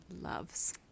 loves